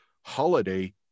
holiday